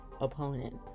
opponent